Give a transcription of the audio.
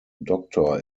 doctor